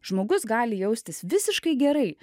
žmogus gali jaustis visiškai gerai